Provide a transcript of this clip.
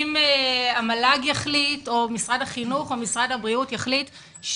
אם המל"ג או משרד החינוך או משרד החינוך יחליטו